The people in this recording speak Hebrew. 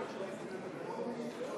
בעת שהוא מחליט לרכוש מוצר, כמה ישלם עליו